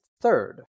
third